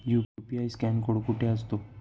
UPI scan code कुठे असतो?